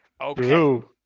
Okay